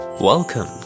Welcome